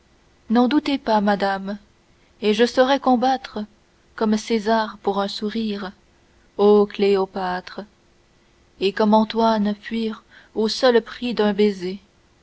n'en doutez pas madame et je saurai combattre comme césar pour un sourire ô cléopâtre et comme antoine fuir au seul prix d'un baiser